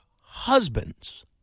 husband's